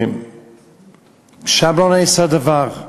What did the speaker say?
ושם לא נעשה דבר.